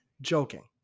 Joking